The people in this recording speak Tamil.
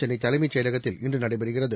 சென்னை தலைமைச் செயலகத்தில் இன்று நடைபெறுகிறது